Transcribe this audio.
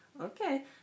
okay